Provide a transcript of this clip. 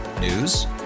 News